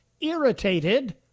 irritated